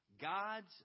God's